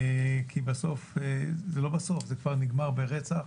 כי בסוף זה לא בסוף זה כבר נגמר ברצח,